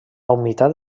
humitat